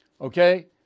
okay